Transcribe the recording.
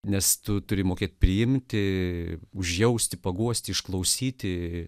nes tu turi mokėti priimti užjausti paguosti išklausyti